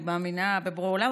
אני מאמינה בבורא עולם,